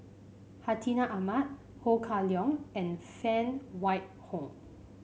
Hartinah Ahmad Ho Kah Leong and Phan Wait Hong